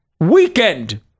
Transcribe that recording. weekend